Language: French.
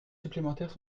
supplémentaires